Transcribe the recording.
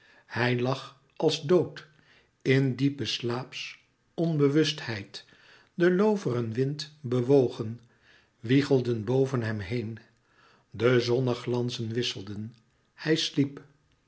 hij lag als dood in diepen slaaps onbewustheid de looveren wind bewogen wiegelden boven hem heen de zonneglanzen wisselden hij sliep